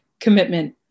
commitment